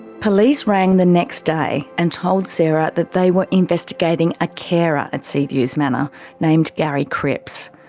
police rang the next day and told sarah that they were investigating a carer at sea views manor named gary cripps.